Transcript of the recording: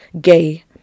Gay